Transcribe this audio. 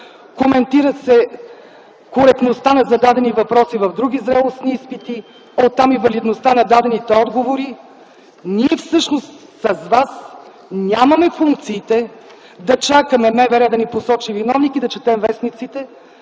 Коментира се коректността на зададени въпроси в други зрелостни изпити, оттам и валидността на дадените отговори. Ние всъщност с вас нямаме функциите да чакаме МВР да ни посочи виновник и да четем вестниците,